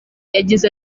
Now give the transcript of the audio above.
yagize